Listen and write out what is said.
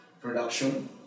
production